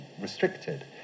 restricted